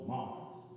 Mars